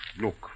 Look